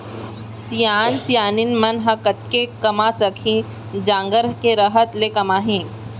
सियान सियनहिन मन ह कतेक कमा सकही, जांगर के रहत ले कमाही